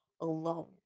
alone